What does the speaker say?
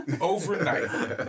overnight